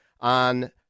on